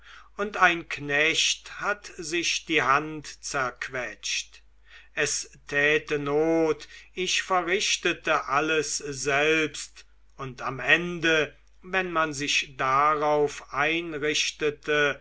und ein knecht hat sich die hand zerquetscht es täte not ich verrichtete alles selbst und am ende wenn man sich darauf einrichtete